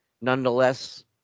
Nonetheless